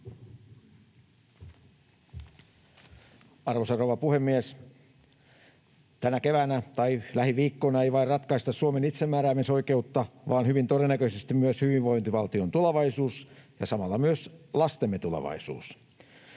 Arvoisa rouva puhemies! Tänä keväänä tai lähiviikkoina ei ratkaista vain Suomen itsemääräämisoikeutta vaan hyvin todennäköisesti myös hyvinvointivaltion tulevaisuus ja samalla myös lastemme tulevaisuus.